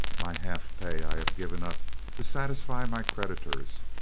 my half-pay i have given up to satisfy my creditors,